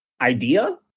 idea